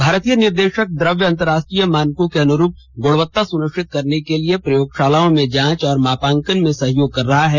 भारतीय निर्देशक द्रव्य अंतरराष्ट्रीय मानकों के अनुरूप गुणवत्ता सुनिश्चित करने के लिए प्रयोगशालाओं में जांच और मापांकन में सहयोग कर रहा है